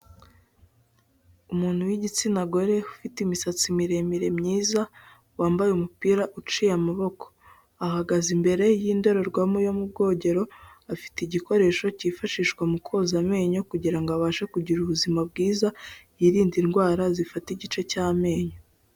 Umuntu w'igitsina gore ufite imisatsi miremire myiza, wambaye umupira uciye amaboko, ahagaze imbere y'indorerwamo yo mu bwogero, afite igikoresho cyifashishwa mu koza amenyo kugira ngo abashe kugira ubuzima bwiza, yirinde indwara zifata igice cy'amenyo.